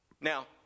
Now